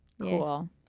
cool